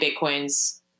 Bitcoin's